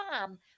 mom